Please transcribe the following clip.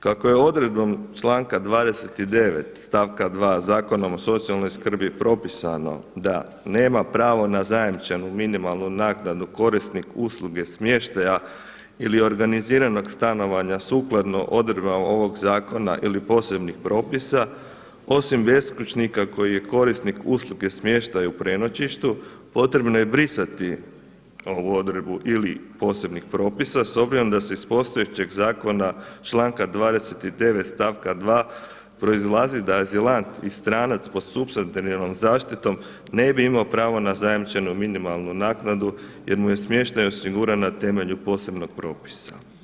Kako je odredbom člankom 29. stavka 2. Zakona o socijalnoj skrbi propisano da nema pravo na zajamčenu minimalnu naknadu korisnik usluge smještaja ili organiziranog stanovanja sukladno odredbama ovog zakona ili posebnih propisa, osim beskućnika koji je korisnik usluge smještaja u prenoćištu potrebno je brisati ovu odredbu ili posebnih propisa s obzirom da se iz postojećeg zakona članka 29. stavka 2. proizlazi da azilant i stranac pod supsidijarnom zaštitom ne bi imao pravo na zajamčenu minimalnu naknadu jer mu je smještaj osiguran na temelju posebnog propisa.